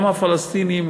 גם הפלסטינים,